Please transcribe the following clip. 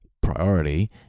priority